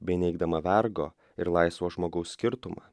bei neigdama vergo ir laisvo žmogaus skirtumą